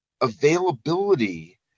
availability